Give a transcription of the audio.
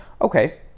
okay